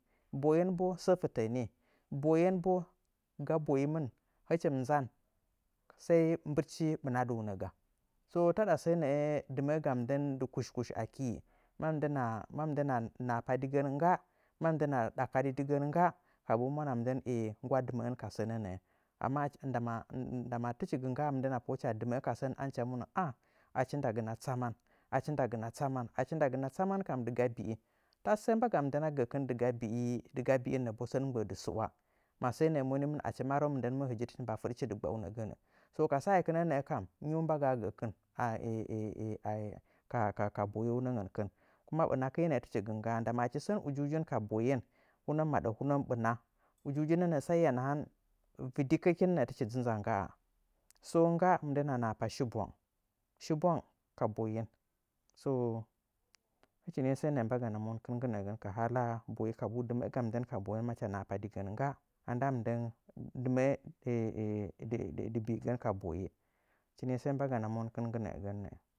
Boyen kam sə fɨtə nii. Boyen bo ga boyimɨn, hɨchi mɨ nzan sai mbɨtchi ɓɨnaduunəga. So taɗa səə nə'ə dɨmə'əga mɨndən dɨ kush kush akii. Ma mɨndəna, na mɨndəna nhapa digən ngga, ma mɨndəna dakadɨ digən ngga kabuu mwanachi nggwa dɨməən ka sənə nə'ə. Amma, ndama ndama tɨchi gɨ ngga mɨndəna dɨmə'ə ka sən a ndɨcha monə “ah achi ndagɨna tsama". Achi ndagɨna tsaman kam dɨga bii tasə səə mbaga mɨndən gəkɨn dɨga bii, dɨga bii nə boo sən mɨ mgbə'ə dɨ mɨ su'wa. Masəə nəə monimɨn achi manə mɨndən mɨ hɨji tɨchi mba fɨɗachi dɨ ggba aunə gənnɨ. Ka sa'ekɨnə nə'ə nə kam nyiu mbagaa gəkɨn ka boyeunəngən. Kɨn. kuma ɓɨnakɨ'e nə'ə tɨchi gɨ ngga'a ndama achi sən ujiujin ka boye hunə mɨ maɗa mɨ ɓɨna, ujiujinə nə'ə sai hiya nahan vɨdɨkɨngə kin nə'ə tɨchi nza ngga'a. So, ngga mɨndəna nhapa shi bwang. Shi bwang ka boyen. Hɨchi nii səə nə'ə mbagana monkɨn nggɨ nə'əgən ka hala kabu dɨmə'ə ga mɨndən ka boyen mach nahapa ngga a ndaa a ndaa mɨndəna dɨmə'ə ka boyen dɨ bɨigənni. Hɨchi səə mbagana monkɨn.